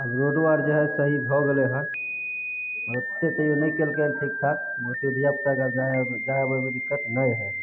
आब रोडो आर जे हइ सही भऽ गेलय हन मगर ओते तइयो नहि कयलकै हँ ठीकठाक ओते धियापुताके आब जाइ अऽ जाइ अबैमे दिक्कत नहि हइ